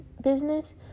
business